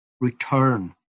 return